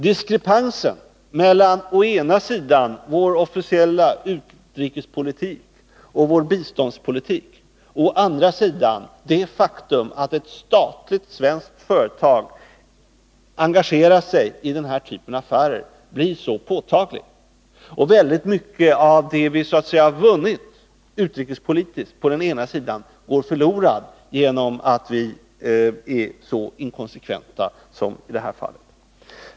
Diskrepansen mellan å ena sidan vår officiella utrikespolitik och biståndspolitik och å andra sidan det faktum att ett statligt svenskt företag engagerar sig i den här typen av affärer blir påtaglig. Mycket av det vi så att säga vunnit utrikespolitiskt på den ena sidan går förlorat genom att vi är så inkonsekventa som i det här fallet.